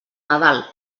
nadal